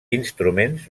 instruments